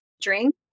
drink